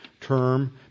term